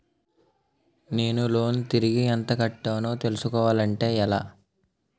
నేను లోన్ తిరిగి ఎంత కట్టానో తెలుసుకోవాలి అంటే ఎలా?